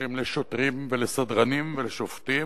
הופכים לשוטרים ולסדרנים ולשופטים,